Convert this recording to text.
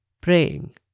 praying